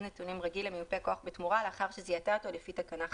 נתונים רגיל למיופה הכוח בתמורה לאחר שזיהתה אותו לפי תקנה 5."